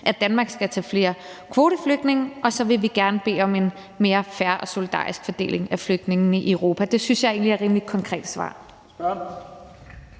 at Danmark skal tage flere kvoteflygtninge, og så vil vi gerne bede om en mere fair og solidarisk fordeling af flygtningene i Europa. Det synes jeg egentlig er et rimelig konkret svar.